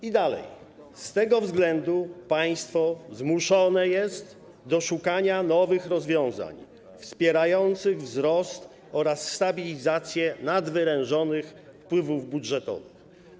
I dalej: Z tego względu państwo zmuszone jest do szukania nowych rozwiązań wspierających wzrost oraz stabilizację nadwyrężonych wpływów budżetowych.